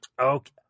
okay